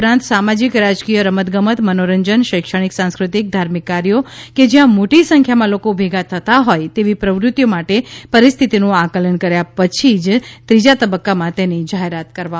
ઉપરાંત સામાજિક રાજકીય રમત ગમત મનોરંજન શૈક્ષણિક સાંસ્કૃતિક ધાર્મિક કાર્યો કે જ્યાં મોટી સંખ્યામાં લોકો ભેગા થતાં હોય તેવી પ્રવૃત્તિઓ માટે પરિસ્થિતિનું આકલન કર્યા પછી ત્રીજા તબક્કામાં તેની જાહેરાત કરવામાં આવશે